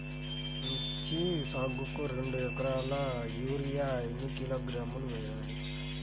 మిర్చి సాగుకు రెండు ఏకరాలకు యూరియా ఏన్ని కిలోగ్రాములు వేయాలి?